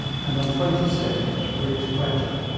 and on twenty sixth reached quetta,